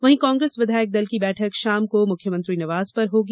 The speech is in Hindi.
वहीं कांग्रेस विधायक दल की बैठक शाम को मुख्यमंत्री निवास पर होगी